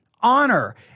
honor